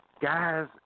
guys